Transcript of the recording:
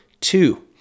two